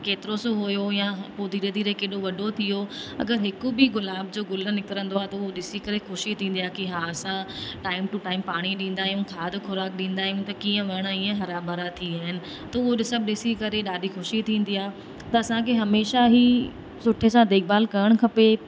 केतिरो सो हुओ या पोइ धीरे धीरे केॾो वॾो थी वियो अगरि हिक बि गुलाब जो गुल निकिरंदो आहे त हो ॾिसी करे ख़ुशी थींदी आहे की हा असां टाइम टू टाइम पाणी ॾींदा आहियूं खाद ख़ोराक ॾींदा आहियूं त कीअं वण ईअं हरा भरा थी विया आहिनि त उहो सभु ॾिसी करे ॾाढी खुशी थींदी आहे त असांखे हमेशह ई सुठे सां देखभालु करणु खपे